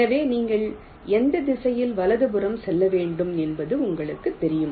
எனவே நீங்கள் எந்த திசையில் வலதுபுறம் செல்ல வேண்டும் என்பது உங்களுக்குத் தெரியும்